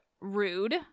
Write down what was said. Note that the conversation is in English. rude